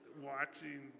watching